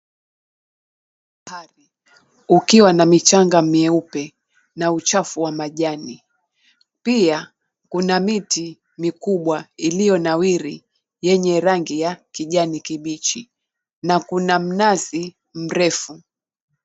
...Ukiwa na michanga mieupe na uchafu wa majani. Pia kuna miti mikubwa iliyonawiri yenye rangi ya kijani kibichi na kuna mnazi mrefu.